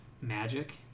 magic